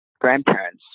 grandparents